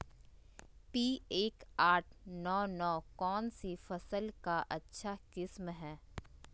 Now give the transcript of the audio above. P एक आठ नौ नौ कौन सी फसल का अच्छा किस्म हैं?